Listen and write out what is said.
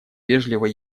вежливо